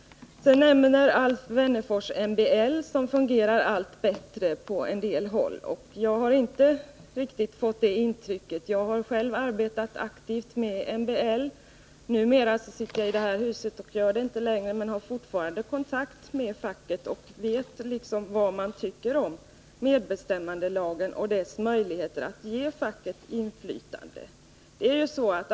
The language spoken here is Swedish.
Alf Wennerfors nämnde MBL, som enligt honom fungerar allt bättre på en del håll. Jag har inte riktigt fått det intrycket. Jag har själv arbetat aktivt med MBL. Numera sitter jag i detta hus och sysslar därför inte längre med något sådant aktivt arbete, men jag har fortfarande kontakt med facket och vet vad man tycker om medbestämmandelagen och dess möjligheter att ge facket inflytande.